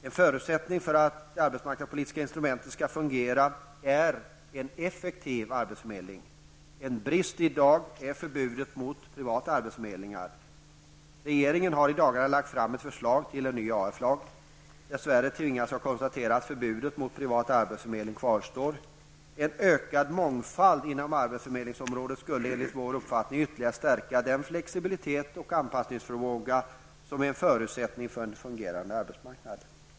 En förutsättning för att de arbetsmarknadspolitiska instrumenten skall fungera är en effektiv arbetsförmedling. En brist i dag är förbudet mot privata arbetsförmedlingar. Regeringen har i dagarna lagt fram ett förslag till ny arbetsförmedlingslag. Dess värre tvingas jag konstatera att förbudet mot privata arbetsförmedlingar kvarstår. En ökad mångfald inom arbetsförmedlingsområdet skulle enligt vår uppfattning ytterligare stärka den flexibilitet och anspassningsförmåga som är en förutsättning för en fungerande arbetsmarknad.